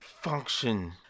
function